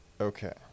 Okay